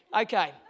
Okay